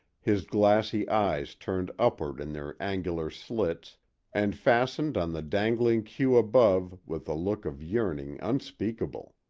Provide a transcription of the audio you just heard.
his glassy eyes turned upward in their angular slits and fastened on the dangling queue above with a look of yearning unspeakable.